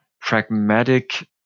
pragmatic